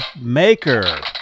Maker